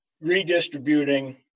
redistributing